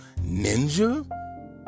Ninja